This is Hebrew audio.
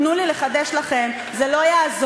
תנו לי לחדש לכם: זה לא יעזור,